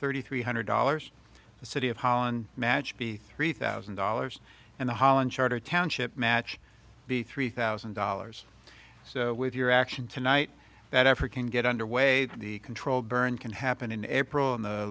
thirty three hundred dollars the city of holland match be three thousand dollars and the holland charter township match be three thousand dollars so with your action tonight that african get underway the controlled burn can happen in april in the